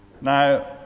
Now